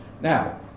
Now